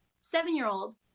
seven-year-old